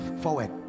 forward